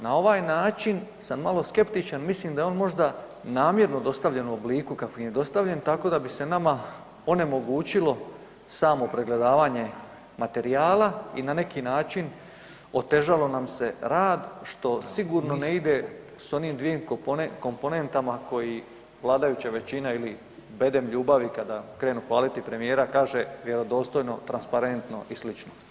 Na ovaj način sam malo skeptičan, mislim da je on možda namjerno dostavljen u obliku kakvom je dostavljen tako da bi se nama onemogućilo samo pregledavanje materijala i na neki način otežalo nam se rad što sigurno ne ide s one dvije komponente koje vladajuća većina ili bedem ljubavi kada krenu hvaliti premijera kaže vjerodostojno, transparentno i slično.